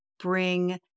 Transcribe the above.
bring